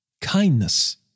kindness